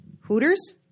Hooters